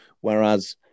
whereas